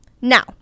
Now